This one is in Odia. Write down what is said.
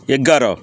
ଏଗାର